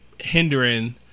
hindering